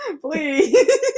please